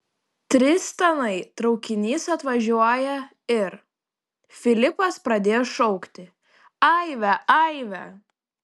tristanai traukinys atvažiuoja ir filipas pradėjo šaukti aive aive